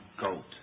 goat